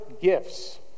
gifts